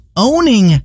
Owning